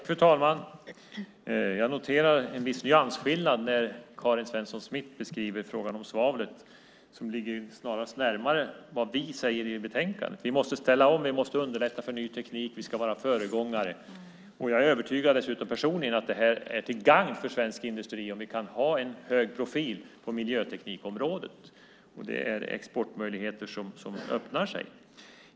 Fru talman! Jag noterar en viss nyansskillnad när Karin Svensson Smith beskriver frågan om svavlet. Det ligger snarast närmare vad vi säger i betänkandet. Vi måste ställa om, vi måste underlätta för ny teknik, och vi ska vara föregångare. Jag är dessutom personligen övertygad om att det är till gagn för svensk industri om vi kan ha en hög profil på miljöteknikområdet. Det är exportmöjligheter som öppnar sig.